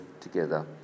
together